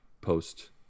post